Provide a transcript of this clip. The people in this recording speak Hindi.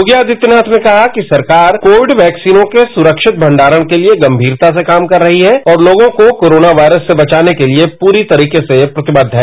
योगी आदित्यनाथ ने कहा कि सरकार कोविड वैक्सीन के सुरक्षित भंडारण के लिए गंगीरता से काम कर रही है और लोगों को कोरोनावायरस से बचाने के लिए पूरी तरीके से प्रतिबद्ध है